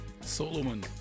Solomon